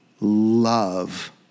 love